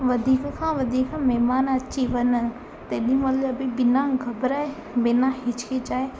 वधीक खां वधीक महिमानु अची वञनि तेॾहिं महिल बि बिना घबराए बिना हिचकिचाए